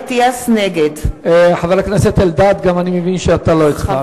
נגד חבר הכנסת אלדד, אני מבין שגם אתה לא הצבעת.